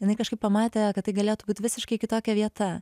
jinai kažkaip pamatė kad tai galėtų būt visiškai kitokia vieta